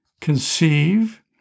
conceive